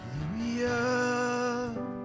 Hallelujah